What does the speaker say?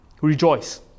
rejoice